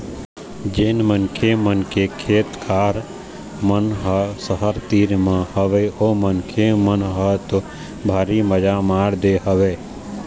जेन मनखे मन के खेत खार मन ह सहर तीर म हवय ओ मनखे मन ह तो भारी मजा मार दे हवय